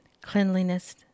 Cleanliness